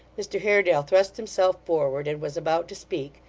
mr haredale thrust himself forward and was about to speak,